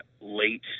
late